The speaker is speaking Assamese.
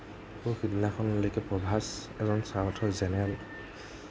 সৌ সিদিনাখনলৈকে প্ৰভাস এজন চাউথৰ জেনেৰেল